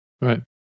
Right